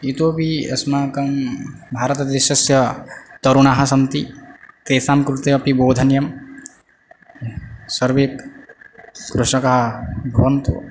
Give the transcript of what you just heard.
इतोपि अस्माकं भारतदेशस्य तरुणः सन्ति तेषां कृते अपि बोधनीयं सर्वे कृषकः भवन्तु